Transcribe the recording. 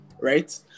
right